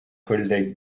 collègue